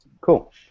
Cool